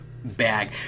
bag